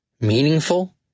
meaningful